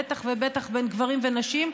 בטח ובטח בין גברים לנשים,